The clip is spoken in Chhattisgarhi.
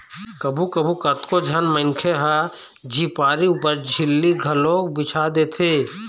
कभू कभू कतको झन मनखे ह झिपारी ऊपर झिल्ली घलोक बिछा देथे